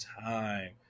time